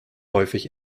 häufig